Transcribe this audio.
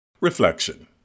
Reflection